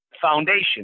foundation